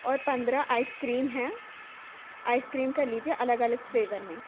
اور پندرہ ice cream ہیں آئس کریم کر لیجیے الگ الگ فلیور میں